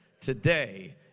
today